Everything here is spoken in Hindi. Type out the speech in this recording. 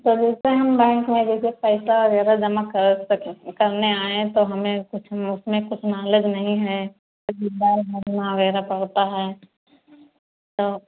तो जैसे हम बैंक में जैसे पैसा वग़ैरह जमा कर सक करने आए तो हमें कुछ उसमें कुछ नॉलेज नहीं है विड्राल भरना वग़ैरह पड़ता है तो